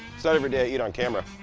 it's not every day i eat on camera